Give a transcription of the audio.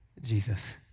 Jesus